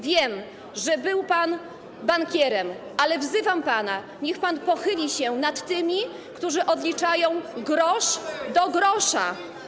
Wiem, że był pan bankierem, ale wzywam pana, niech pan pochyli się nad tymi, którzy odliczają grosz do grosza.